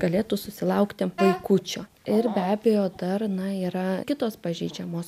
galėtų susilaukti vaikučio ir be abejo dar na yra kitos pažeidžiamos